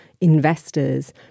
investors